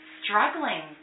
struggling